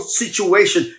situation